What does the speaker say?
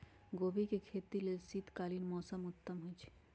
गोभी के खेती लेल शीतकालीन मौसम उत्तम होइ छइ